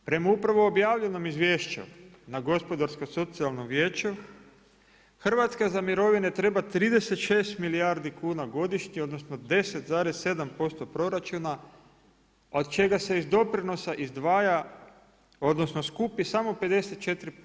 Prema upravo objavljenom izvješću, na Gospodarsko-socijalnom vijeću, Hrvatska za mirovine treba 36 milijardi kuna godišnje odnosno 10,7% proračuna od čega se iz doprinosa izdvaja odnosno skupi samo 54%